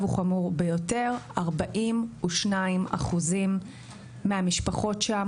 הוא חמור ביותר 42% מהמשפחות שם,